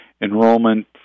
enrollment